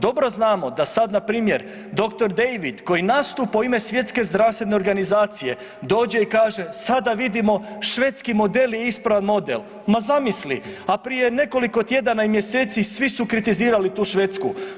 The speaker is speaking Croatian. Dobro znamo da sad npr. dr. David koji nastupa u ime Svjetske zdravstvene organizacije dođe i kaže sada vidimo švedski model je ispravan model, ma zamisli, a prije nekoliko tjedana i mjeseci svi su kritizirali tu Švedsku.